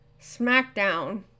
SmackDown